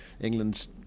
England's